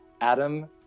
Adam